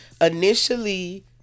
initially